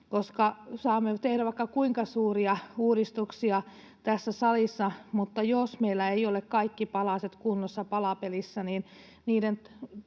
koska saamme tehdä vaikka kuinka suuria uudistuksia tässä salissa, mutta jos meillä ei ole kaikki palaset kunnossa palapelissä, niin niiden